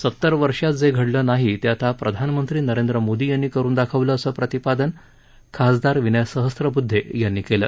सतर वर्षात जे घडले नाही ते आता प्रधानमंत्री नरेंद्र मोदी यांनी करून दाखवले असं प्रतिपादन खासदार विनय सहस्रबदधे यांनी केलं